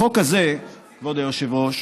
בחוק הזה, כבוד היושב-ראש,